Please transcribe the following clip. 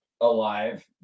alive